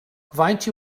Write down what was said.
faint